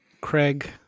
Craig